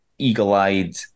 eagle-eyed